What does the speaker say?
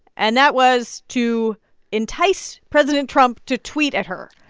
and that was to entice president trump to tweet at her